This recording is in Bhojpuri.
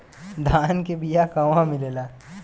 धान के बिया कहवा मिलेला?